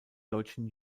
deutschen